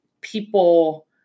people